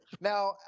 Now